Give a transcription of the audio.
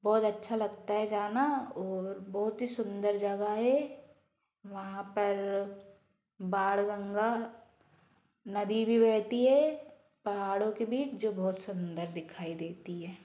बहुत अच्छा लगता है जाना और बहुत ही सुन्दर जगह है वहाँ पर बाढ़ गंगा नदी भी बहती है पहाड़ों के बीच जो बहुत सुंदर दिखाई देती है